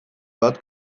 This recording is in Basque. bat